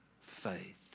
faith